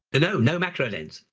and no, no macro-lens.